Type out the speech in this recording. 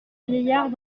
vieillard